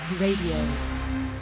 Radio